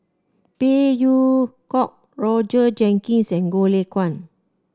Phey Yew Kok Roger Jenkins and Goh Lay Kuan